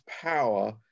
power